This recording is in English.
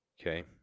Okay